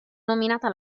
nominata